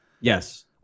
Yes